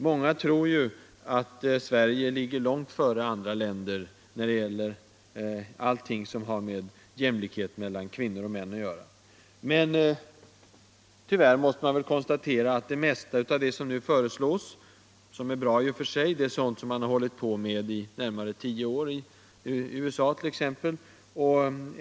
Många tror ju att Sverige ligger långt före andra länder i allt som har med jämlikhet mellan kvinnor och män att göra. Men det mesta av det som nu föreslås — och som är bra i och för sig — är sådant som man hållit på med i närmare tio år i USA t.ex.